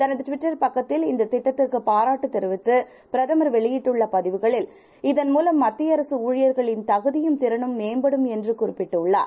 தனதுட்விட்டர்பக்கத்தில்இந்ததிட்டத்திற்குபாராட்டுதெரிவித்துபிரதமர்வெளியிட்டப திவுகளில் இதன்மூலம்மத்தியஅரசுஊழியர்களின்தகுதியும் திறனும்மேம்படும்என்றுகுறிப்பிட்டுள்ளார்